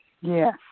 Yes